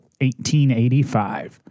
1885